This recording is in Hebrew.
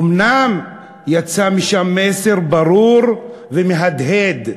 אומנם יצא משם מסר ברור ומהדהד,